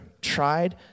tried